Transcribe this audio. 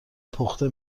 پخته